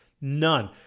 None